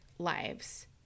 lives